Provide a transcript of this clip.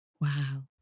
Wow